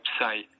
website